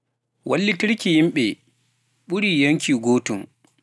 Wallitirki yimɓe, ɓurii yenkii gootum.